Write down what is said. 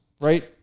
right